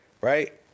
Right